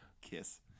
kiss